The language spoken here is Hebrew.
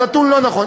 הנתון לא נכון.